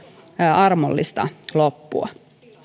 armollista loppua